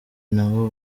nabo